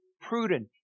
prudent